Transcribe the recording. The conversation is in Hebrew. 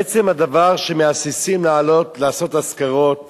עצם הדבר שמהססים לעלות, לעשות אזכרות